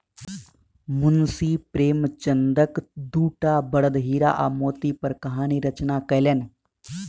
मुंशी प्रेमचंदक दूटा बड़द हीरा आ मोती पर कहानी रचना कयलैन